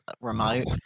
remote